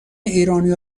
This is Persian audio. ایرانی